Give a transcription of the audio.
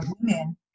women